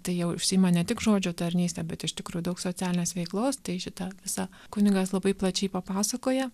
tai jie užsiima ne tik žodžio tarnyste bet iš tikrų daug socialinės veiklos tai šita visa kunigas labai plačiai papasakoja